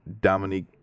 Dominique